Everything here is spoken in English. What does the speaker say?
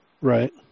right